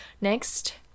next